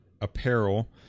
apparel